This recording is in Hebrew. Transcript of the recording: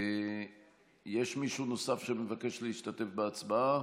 יש מישהו נוסף שמבקש להשתתף בהצבעה?